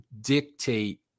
dictate